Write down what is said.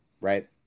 right